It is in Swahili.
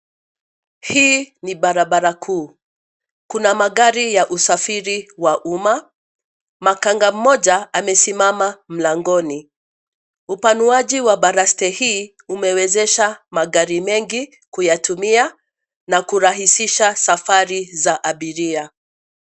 Hii ni barabara kuu, kuna magari ya usafiri wa umma. Makanga mmoja amesimama mlangoni. Upanuaji wa baraste hii umewezesha magari mengi kuyatumia na kurahisisha safari za abiria.